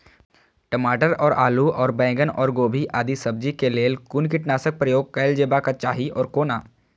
टमाटर और आलू और बैंगन और गोभी आदि सब्जी केय लेल कुन कीटनाशक प्रयोग कैल जेबाक चाहि आ कोना?